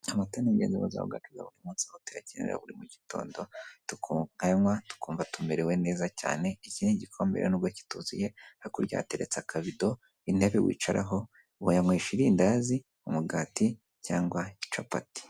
Amata ni ingenzi mu buzima bwacu bwa buri munsi kuko tuyakenera buri gitondo tukayanywa, tukumva tumerewe neza cyane iki ni igikombere n'ubwo kituzuye hakurya hateretse akabido ,intebe wicaraho wayawesha irindazi ,umugati cyangwa capati.